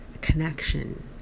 connection